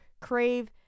Crave